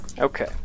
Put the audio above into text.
Okay